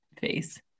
face